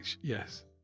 Yes